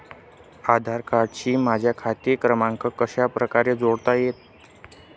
आधार कार्डशी माझा खाते क्रमांक कशाप्रकारे जोडता येईल?